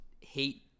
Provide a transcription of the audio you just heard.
hate